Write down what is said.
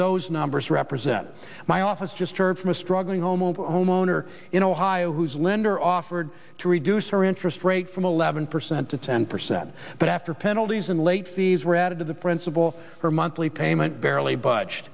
those numbers represent my office just heard from a struggling homeowners owner in ohio whose lender offered to reduce her interest rate from eleven percent to ten percent but after penalties and late fees were added to the principal her monthly payment barely budge